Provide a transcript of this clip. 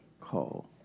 call